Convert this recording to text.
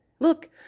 look